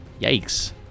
Yikes